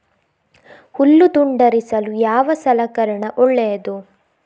ಹುಲ್ಲು ತುಂಡರಿಸಲು ಯಾವ ಸಲಕರಣ ಒಳ್ಳೆಯದು?